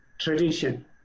tradition